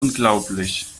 unglaublich